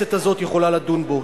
שהכנסת הזאת יכולה לדון בו.